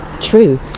True